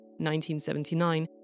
1979